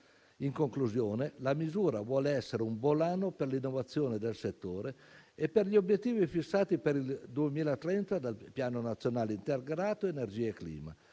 In conclusione, la misura vuol essere un volano per l'innovazione del settore e per gli obiettivi fissati per il 2030 dal Piano nazionale integrato energia e clima,